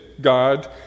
God